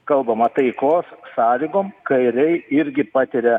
kalbama taikos sąlygom kariai irgi patiria